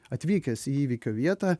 atvykęs į įvykio vietą